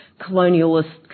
colonialist